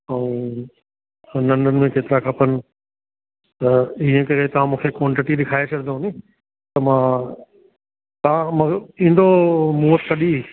ऐं नंढनि में केतिरा खपनि त ईअं करे तव्हां मूंखे क्वांटीटी लिखाए छॾिदो नी त मां तव्हां मगर ईंदो मां वटि कॾहिं